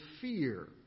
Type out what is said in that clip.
fear